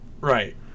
right